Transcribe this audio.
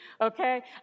Okay